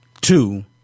two